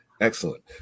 excellent